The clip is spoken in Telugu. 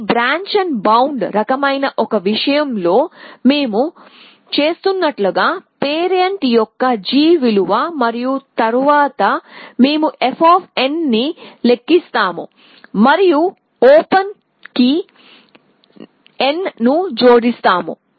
ఈ బ్రాంచ్బౌండ్ రకమైన ఒక విషయం లో మేము చేస్తున్నట్లుగా పేరెంట్ యొక్క g విలువ మరియు తరువాత మేము f ను లెక్కిస్తాము మరియు open కి n ను జోడిస్తాము